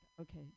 okay